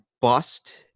bust